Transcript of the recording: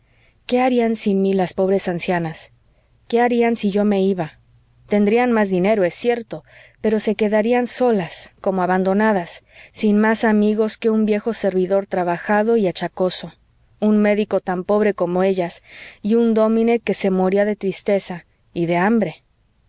qué harían sin mí las pobres ancianas qué harían si yo me iba tendrían más dinero es cierto pero se quedarían solas como abandonadas sin más amigos que un viejo servidor trabajado y achacoso un médico tan pobre como ellas y un dómine que se moría de tristeza y de hambre